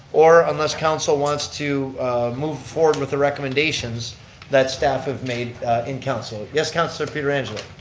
or unless council wants to move forward with the recommendations that staff have made in council. yes, councillor pietrangelo?